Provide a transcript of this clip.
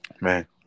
Man